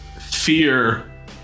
fear